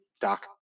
Doc